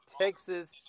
Texas